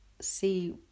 see